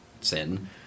sin